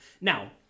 Now